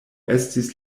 estis